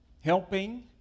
helping